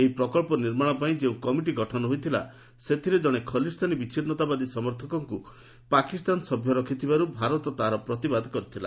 ଏହି ପ୍ରକ୍ସ ନିର୍ମାଣପାଇଁ ଯେଉଁ କମିଟି ଗଠନ ହୋଇଥିଲା ସେଥିରେ ଜଣେ ଖଲିସ୍ତାନୀ ବିଚ୍ଛିନ୍ନତାବାଦୀ ସମର୍ଥକଙ୍କୁ ପାକିସ୍ତାନ ସଭ୍ୟ ରଖିଥିବାରୁ ଭାରତ ତାହାର ପ୍ରତିବାଦ କରିଥିଲା